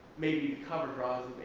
maybe kind of draws them in,